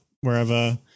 wherever